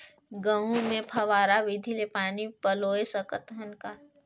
गहूं मे फव्वारा विधि ले पानी पलोय सकत हन का?